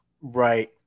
right